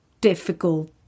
difficult